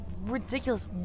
ridiculous